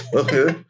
okay